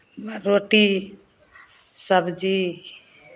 रोटी सब्जी